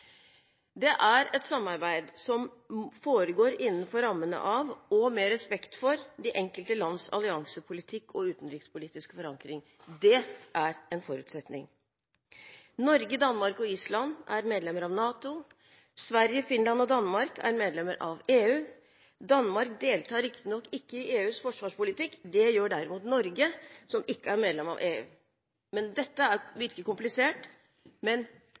Det er et samarbeid som foregår innenfor rammene av og med respekt for de enkelte lands alliansepolitikk og utenrikspolitiske forankring. Det er en forutsetning. Norge, Danmark og Island er medlemmer av NATO. Sverige, Finland og Danmark er medlemmer av EU. Danmark deltar riktignok ikke i EUs forsvarspolitikk. Det gjør derimot Norge, som ikke er medlem av EU. Dette virker komplisert, men